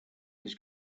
his